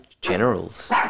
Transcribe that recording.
generals